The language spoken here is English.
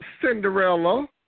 Cinderella